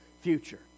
future